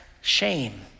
shame